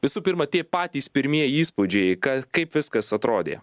visų pirma tie patys pirmieji įspūdžiai ką kaip viskas atrodė